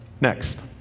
Next